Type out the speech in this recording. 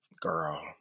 Girl